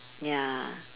ya